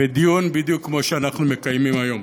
בדיון בדיוק כמו שאנחנו מקיימים היום.